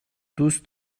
دوست